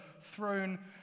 throne